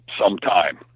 sometime